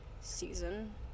season